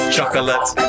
Chocolate